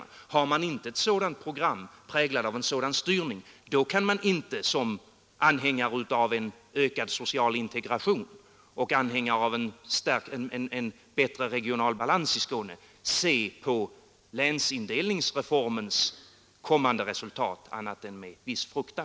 Har man inte ett program präglat av en sådan styrning kan man inte, som anhängare av en ökad social integration och som anhängare av en bättre regional balans i Skåne, se på länsindelningsreformens kommande resultat annat än med viss fruktan.